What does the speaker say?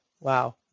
Wow